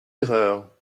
erreur